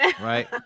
right